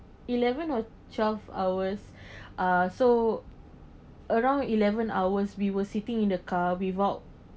eleven or twelve hours uh so around eleven hours we were sitting in the car without